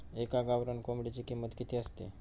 एका गावरान कोंबडीची किंमत किती असते?